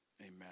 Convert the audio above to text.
Amen